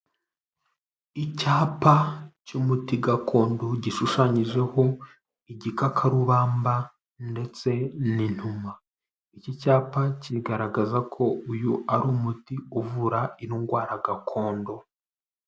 Icyapa cy'umuti gakondo, gishushanyijeho igikakarubamba ndetse n'intuma, iki cyapa kigaragaza ko uyu ari umuti uvura indwara gakondo.